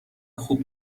خوب